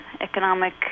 economic